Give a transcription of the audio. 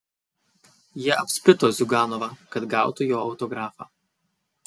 jie apspito ziuganovą kad gautų jo autografą